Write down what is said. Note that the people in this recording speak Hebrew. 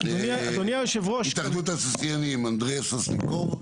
התאחדות התעשיינים, אנדריי סוסליקוב.